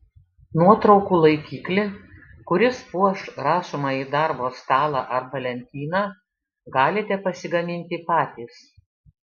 nuotraukų laikiklį kuris puoš rašomąjį darbo stalą arba lentyną galite pasigaminti patys